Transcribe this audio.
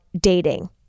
Dating